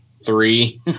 Three